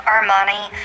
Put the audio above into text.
Armani